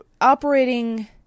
operating